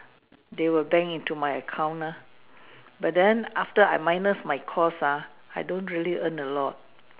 they will bank into my account mah but then after I minus my cost ah I don't really earn a lot